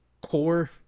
core